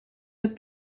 het